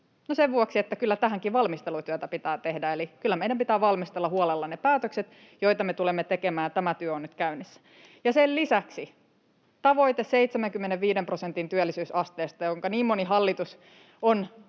sen vuoksi, että kyllä tähänkin valmistelutyötä pitää tehdä, eli kyllä meidän pitää valmistella huolella ne päätökset, joita me tulemme tekemään, ja tämä työ on nyt käynnissä. Sen lisäksi on tämä tavoite 75 prosentin työllisyysasteesta, jonka niin moni hallitus on